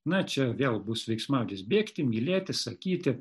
na čia vėl bus veiksmažodis bėgti mylėti sakyti